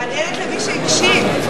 מעניינת למי שהקשיב.